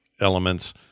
elements